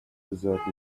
desert